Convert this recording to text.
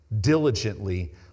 diligently